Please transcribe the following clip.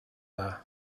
dda